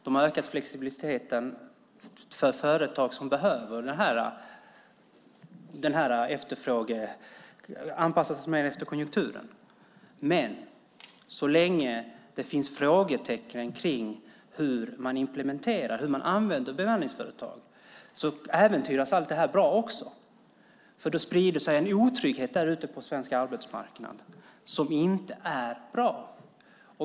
De har ökat flexibiliteten för företag som behöver anpassa sig efter konjunkturen. Så länge det finns frågetecken för hur man implementerar och använder bemanningsföretag äventyras allt som är bra. Då sprider sig en otrygghet på svensk arbetsmarknad. Det är inte bra.